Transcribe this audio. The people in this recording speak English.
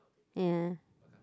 ya